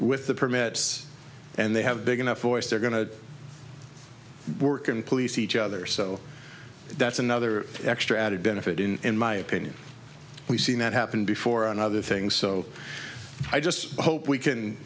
with the permits and they have big enough voice they're going to work and police each other so that's another extra added benefit in my opinion we've seen that happen before on other things so i just hope we can